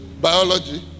biology